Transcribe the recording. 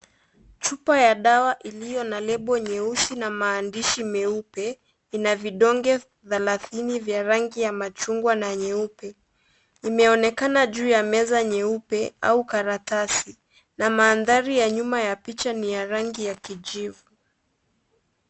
Chupa ya dawa iliyo na label nyeusi na maandishi meupe ina vidonge thelathini vya rangi ya machungwa na nyeupe inaonekana kuu ya meza nyeupe au karatasi na mandhari ya nyuma ya picha ni ya rangi ya kijivu.